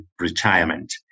Retirement